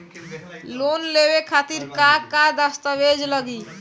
Loan लेवे खातिर का का दस्तावेज लागी?